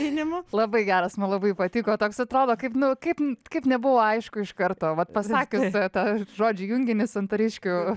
labai geras man labai patiko toks atrodo kaip nu kaip kaip nebuvo aišku iš karto vat pasakius tą tą žodžių junginį santariškių